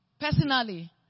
Personally